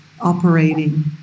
operating